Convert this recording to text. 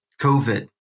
COVID